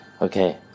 Okay